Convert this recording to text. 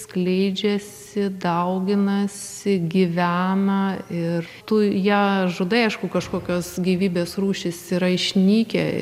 skleidžiasi dauginasi gyvena ir tu ją žudai aišku kažkokios gyvybės rūšys yra išnykę